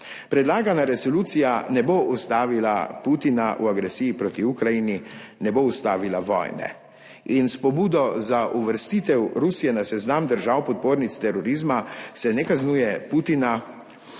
Predlagana resolucija ne bo ustavila Putina v agresiji proti Ukrajini, ne bo ustavila vojne in s pobudo za uvrstitev Rusije na seznam držav podpornic terorizma, se ne kaznuje Putina,